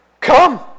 Come